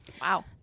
Wow